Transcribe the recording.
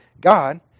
God